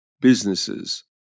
businesses